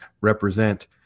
represent